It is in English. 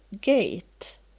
gate